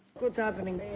what's happening? they're